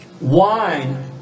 wine